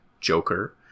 Joker